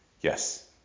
Yes